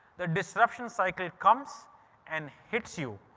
the disruption cycle comes and hits you.